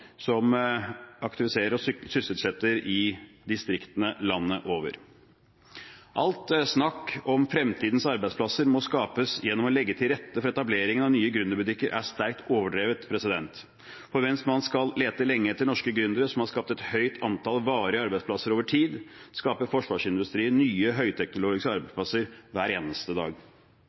som aktiviserer og sysselsetter i distriktene landet over. Alt snakk om at fremtidens arbeidsplasser må skapes gjennom å legge til rette for etableringen av nye gründerbedrifter, er sterkt overdrevet. Mens man skal lete lenge etter norske gründere som har skapt et høyt antall varige arbeidsplasser over tid, skaper forsvarsindustrien nye høyteknologiske arbeidsplasser hver eneste dag.